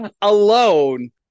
alone